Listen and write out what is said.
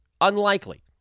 unlikely